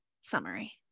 summary